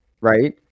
right